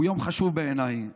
שהוא יום חשוב בעיניי,